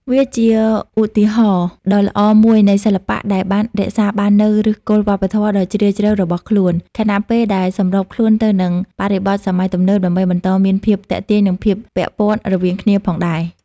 វាជាឧទាហរណ៍ដ៏ល្អមួយនៃសិល្បៈដែលបានរក្សាបាននូវឫសគល់វប្បធម៌ដ៏ជ្រាលជ្រៅរបស់ខ្លួន ខណៈពេលដែលសម្របខ្លួនទៅនឹងបរិបទសម័យទំនើប ដើម្បីបន្តមានភាពទាក់ទាញ និងភាពពាក់ព័ន្ធរវាងគ្នាផងដែរ។